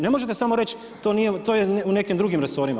Ne možete samo reći, to nije, to je u nekim drugim resorima.